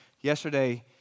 yesterday